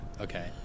Okay